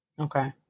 Okay